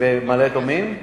איפה, במעלה-אדומים?